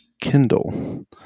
Kindle